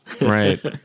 right